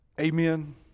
Amen